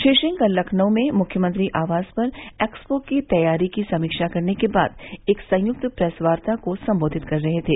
श्री सिंह कल लखनऊ में मुख्यमंत्री आवास पर एक्सपो की तैयारी की समीक्षा करने के बाद एक संयुक्त प्रेस वार्ता को संबोधित कर रहे थे